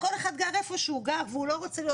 וכל אחד גר איפה שהוא גר והוא לא רוצה להיות